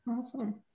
Awesome